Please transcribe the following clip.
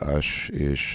aš iš